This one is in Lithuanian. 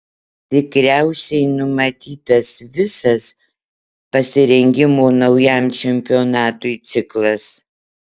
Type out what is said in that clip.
tikriausiai numatytas visas pasirengimo naujam čempionatui ciklas